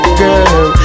girl